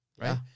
right